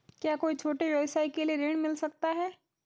क्या कोई छोटे व्यवसाय के लिए ऋण मिल सकता है?